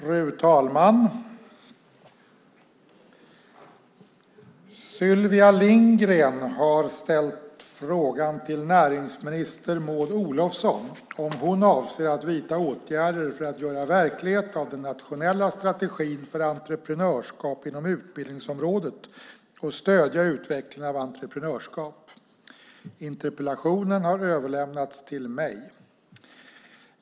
Fru talman! Sylvia Lindgren har ställt frågan till näringsminister Maud Olofsson om hon avser att vidta åtgärder för att göra verklighet av den nationella strategin för entreprenörskap inom utbildningsområdet och stödja utvecklingen av entreprenörskap. Interpellationen har överlämnats till mig.